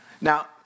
Now